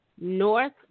North